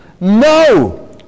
No